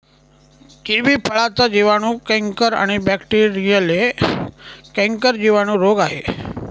kiwi फळाचा जिवाणू canker आणि बॅक्टेरीयल कैंकर जिवाणू रोग आहे